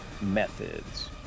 methods